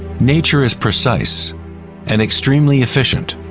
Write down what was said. nature is precise and extremely efficient.